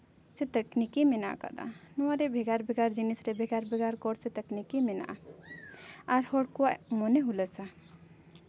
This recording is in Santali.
ᱥᱮ ᱛᱟᱠᱱᱤᱠᱤ ᱢᱮᱱᱟᱜ ᱟᱠᱟᱫᱟ ᱱᱚᱣᱟ ᱨᱮ ᱵᱷᱮᱜᱟᱨ ᱵᱷᱮᱜᱟᱨ ᱡᱤᱱᱤᱥ ᱨᱮ ᱵᱷᱮᱜᱟᱨ ᱵᱷᱮᱜᱟᱨ ᱠᱚᱲ ᱥᱮ ᱛᱟᱠᱱᱤᱠᱤ ᱢᱮᱱᱟᱜᱼᱟ ᱟᱨ ᱦᱚᱲ ᱠᱚᱣᱟᱜ ᱢᱚᱱᱮ ᱦᱩᱞᱟᱹᱥᱟ